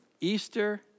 Easter